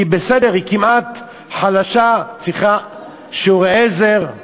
כי היא בסדר, היא כמעט, חלשה, צריכה שיעורי עזר,